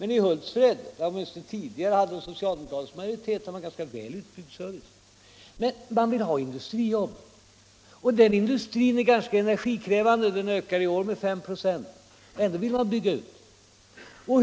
I Hultsfred, där man åtminstone tidigare hade socialdemokratisk majoritet med en ganska väl utbyggd service, vill man ha industrijobb. Den industrin är ganska energikrävande — förbrukningen ökar i år med 5 96. Ändå vill man bygga ut denna industri.